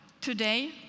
Today